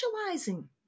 socializing